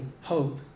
hope